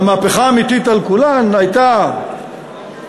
והמהפכה האמיתית על כולן הייתה השאלה